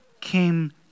came